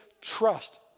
trust